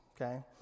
okay